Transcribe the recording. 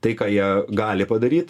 tai ką jie gali padaryt